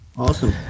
Awesome